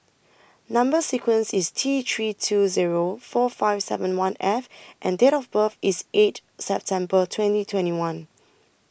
Number sequence IS T three two Zero four five seven one F and Date of birth IS eight September twenty twenty one